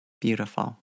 Beautiful